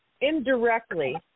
indirectly